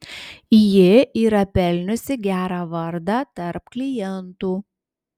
ji yra pelniusi gerą vardą tarp klientų